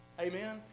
Amen